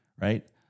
Right